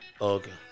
Okay